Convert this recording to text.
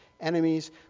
enemies